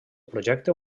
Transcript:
projecte